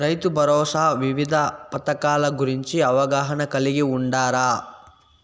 రైతుభరోసా వివిధ పథకాల గురించి అవగాహన కలిగి వుండారా?